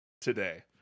today